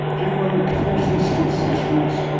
and we're macpherson's constituents